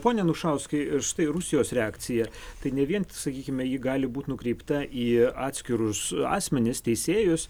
pone anušauskai ir štai rusijos reakcija tai ne vien sakykime ji gali būt nukreipta į atskirus asmenis teisėjus